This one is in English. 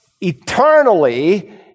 eternally